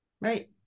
Right